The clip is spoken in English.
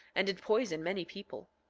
and did poison many people.